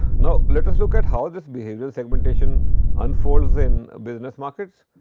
now, let us look at how this behavioral segmentation unfolds in business markets.